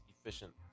efficient